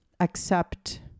accept